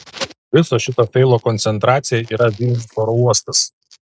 viso šito feilo koncentracija yra vilniaus oro uostas